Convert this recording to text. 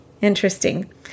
Interesting